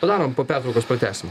padarome po pertraukos pratęsim